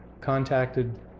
contacted